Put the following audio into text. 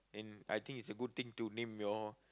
and I think it's a good thing to name your